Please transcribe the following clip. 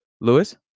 Lewis